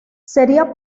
sería